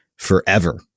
forever